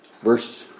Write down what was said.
verse